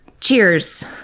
cheers